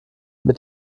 mit